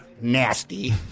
nasty